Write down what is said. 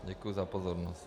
Děkuji za pozornost.